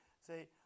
say